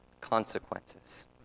consequences